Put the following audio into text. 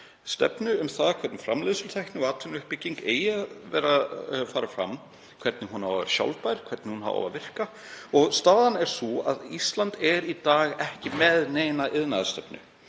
stefnu um það hvernig framleiðslutækni og atvinnuuppbygging eigi að fara fram, hvernig hún eigi að vera sjálfbær, hvernig hún eigi að virka. Staðan er sú að Ísland er í dag ekki með neina iðnaðarstefnu